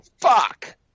Fuck